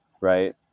right